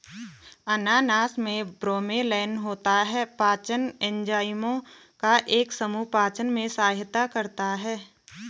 अनानास में ब्रोमेलैन होता है, पाचन एंजाइमों का एक समूह पाचन में सहायता करता है